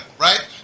right